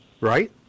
right